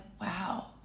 wow